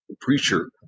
preacher